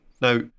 Now